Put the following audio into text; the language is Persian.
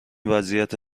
وضعیت